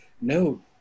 no